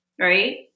Right